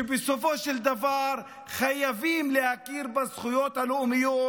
שבסופו של דבר חייבים להכיר בזכויות הלאומיות